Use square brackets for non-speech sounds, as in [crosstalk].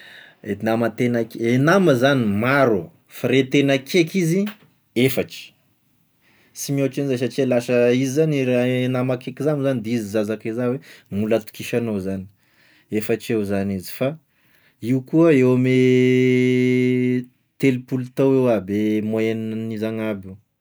E namanten ak- e nama zany maro, fa re tena akeky izy efatry, sy mihoatra agn'zay satria lasa izy zany raha i nama akeky zany mo zany de izy zany zakay zany gn'olo atokisanao zany, efatry avao zany izy, fa io koa eo ame [hesitation] telopolo tao eo aby moyenne gn'izy agnaby.